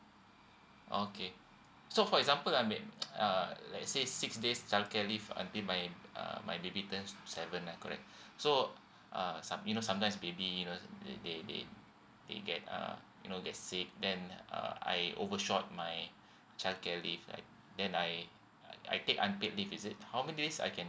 okay so for example I made uh let say six days childcare leave until my uh my baby turn seven ah correct so uh some you know sometimes maybe uh they they they get err you know they say then uh I overshot my childcare leave like then I I take unpaid leave is it how many days I can